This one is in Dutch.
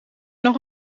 nog